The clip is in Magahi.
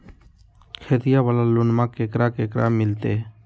खेतिया वाला लोनमा केकरा केकरा मिलते?